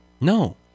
No